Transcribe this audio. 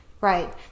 Right